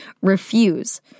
refuse